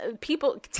People